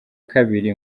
kabiri